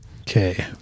okay